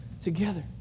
together